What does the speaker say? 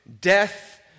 death